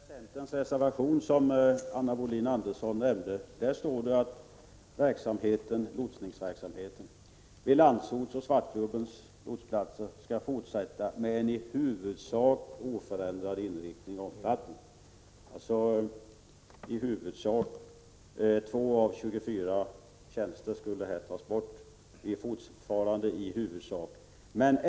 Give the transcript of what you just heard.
Herr talman! I centerns och vpk:s reservation, som Anna Wohlin Andersson nämnde, står det att ”lotsningsverksamheten vid Landsorts och Svartklubbens lotsplatser bör fortsätta med en i huvudsak oförändrad inriktning och omfattning”. Det står alltså ”i huvudsak”. Det gäller nu 2 av 24 tjänster som skall tas bort — det är fortfarande i huvudsak.